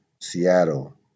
Seattle